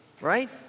Right